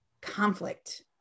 conflict